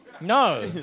No